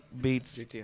beats